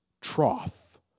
trough